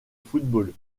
football